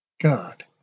God